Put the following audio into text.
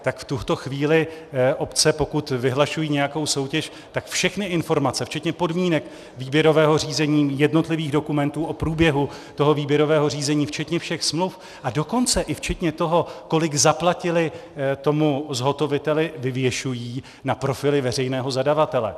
Tak v tuto chvíli obce, pokud vyhlašují nějakou soutěž, tak všechny informace, včetně podmínek výběrového řízení, jednotlivých dokumentů o průběhu toho výběrového řízení, včetně všech smluv, a dokonce i včetně toho, kolik zaplatili tomu zhotoviteli, vyvěšují na profily veřejného zadavatele.